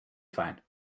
fine